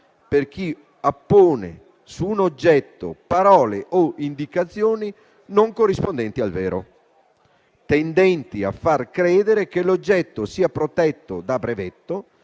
per chi appone su un oggetto parole o indicazioni non corrispondenti al vero, tendenti a far credere che l'oggetto sia protetto da brevetto,